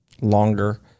longer